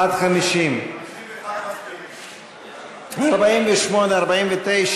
48, 49, 50. עד 50. 48, 49,